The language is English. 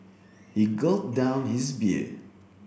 he gulped down his beer